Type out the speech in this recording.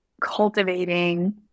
Cultivating